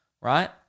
right